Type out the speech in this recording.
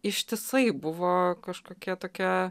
ištisai buvo kažkokia tokia